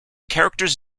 characters